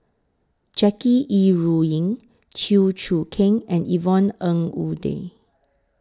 Jackie Yi Ru Ying Chew Choo Keng and Yvonne Ng Uhde